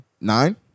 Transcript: Nine